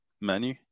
menu